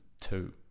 two